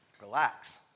relax